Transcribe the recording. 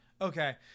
Okay